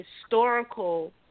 historical